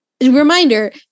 reminder